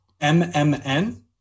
MMN